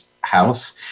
house